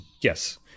yes